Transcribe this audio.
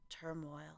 turmoil